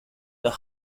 the